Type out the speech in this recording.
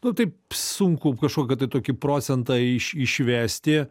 nu taip sunku kažkokią tai tokį procentą iš išvesti